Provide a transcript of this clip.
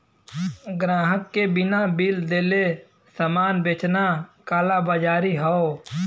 ग्राहक के बिना बिल देले सामान बेचना कालाबाज़ारी हौ